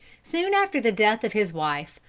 soon after the death of his wife,